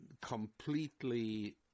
completely